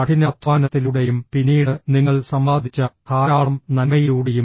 കഠിനാധ്വാനത്തിലൂടെയും പിന്നീട് നിങ്ങൾ സമ്പാദിച്ച ധാരാളം നന്മയിലൂടെയും